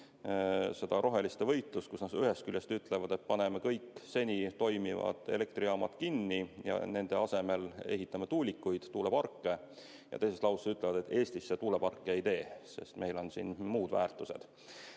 jälgida roheliste võitlust. Nad ühest küljest ütlevad, et paneme kõik seni töötavad elektrijaamad kinni ja nende asemel ehitame tuulikuid, tuuleparke. Ja teises lauses ütlevad, et Eestisse tuuleparke ei tee, sest meil on siin muud väärtused.